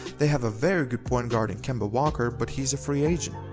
they have a very good point guard in kemba walker but he's a free agent.